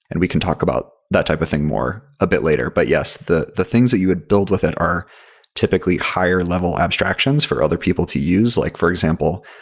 and we can talk about that type of thing more a bit later. but, yes, the the things that you would build with it are typically higher-level abstractions for other people to use. like, for example,